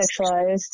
sexualized